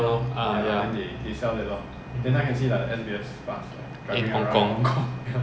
bus or what